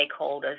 stakeholders